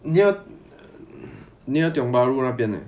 near near tiong bahru 那边